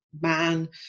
Man